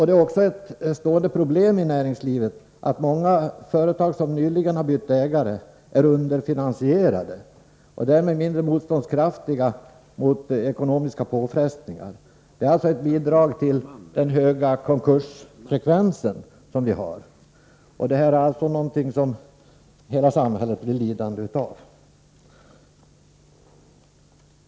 Det är också ett stående problem i näringslivet att många företag som nyligen har bytt ägare är underfinansierade och därmed mindre motstånds kraftiga mot ekonomiska påfrestningar. Det är alltså fråga om ett bidrag till den höga konkursfrekvens som vi har, således någonting som hela samhället blir lidande av.